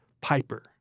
Piper